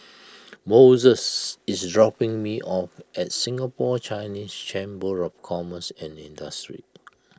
Moses is dropping me off at Singapore Chinese Chamber of Commerce and Industry